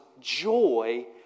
joy